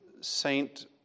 Saint